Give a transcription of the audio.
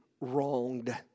wronged